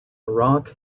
iraq